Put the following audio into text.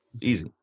easy